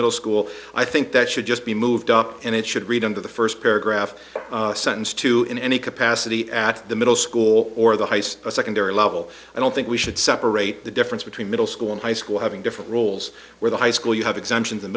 middle school i think that should just be moved up and it should read into the first paragraph sentence to in any capacity at the middle school or the highest a secondary level i don't think we should separate the difference between middle school and high school having different roles where the high school you have exemptions